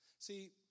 See